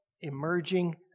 emerging